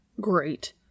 Great